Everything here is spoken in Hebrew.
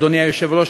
אדוני היושב-ראש,